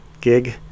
gig